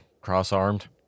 cross-armed